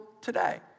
today